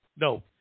No